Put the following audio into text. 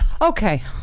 Okay